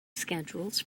schedules